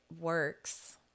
works